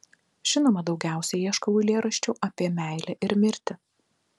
žinoma daugiausiai ieškau eilėraščių apie meilę ir mirtį